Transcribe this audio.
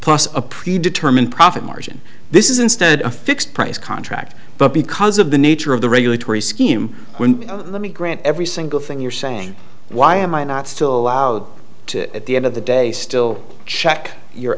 plus a pre determined profit margin this is instead a fixed price tract but because of the nature of the regulatory scheme let me grant every single thing you're saying why am i not still allowed to at the end of the day still check your